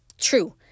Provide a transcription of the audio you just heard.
True